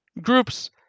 groups